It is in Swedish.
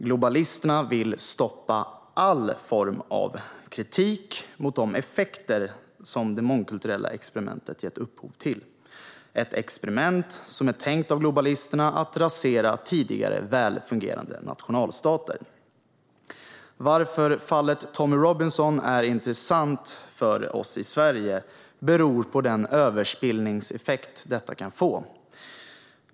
Globalisterna vill stoppa all form av kritik mot de effekter som det mångkulturella experimentet gett upphov till. Det är ett experiment som är tänkt av globalisterna att rasera tidigare väl fungerande nationalstater. Varför fallet Tommy Robinson är intressant för oss i Sverige beror på den överspillningseffekt detta kan få.